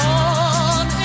on